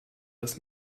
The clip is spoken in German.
das